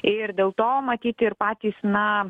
ir dėl to matyt ir patys na